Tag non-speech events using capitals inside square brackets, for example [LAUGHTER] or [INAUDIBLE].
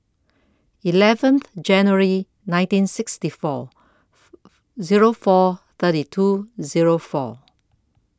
eleven January nineteen sixty four [NOISE] Zero four thirty two Zero four